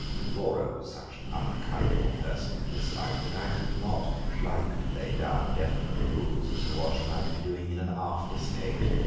and laura was such an unaccountable person in this life that i should not like to lay down definite rules as to what she might be doing in an after state.